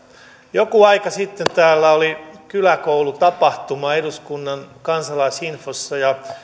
joku aika sitten oli kyläkoulutapahtuma eduskunnan kansalaisinfossa ja